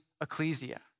ecclesia